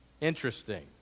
Interesting